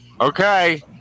Okay